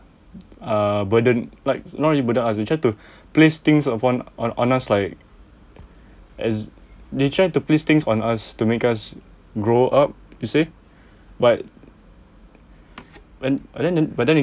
uh burden like not really burden us they try to place things upon on us like as they tried to place things on us to make us grow up you see but when but then but then